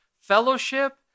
fellowship